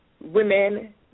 women